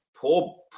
poor